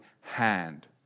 hand